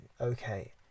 okay